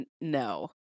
No